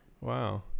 Wow